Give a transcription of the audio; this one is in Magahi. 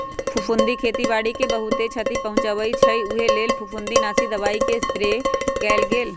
फफुन्दी खेती बाड़ी के बहुत छति पहुँचबइ छइ उहे लेल फफुंदीनाशी दबाइके स्प्रे कएल गेल